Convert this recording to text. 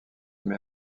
met